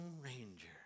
Ranger